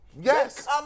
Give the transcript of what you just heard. Yes